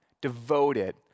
devoted